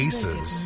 Aces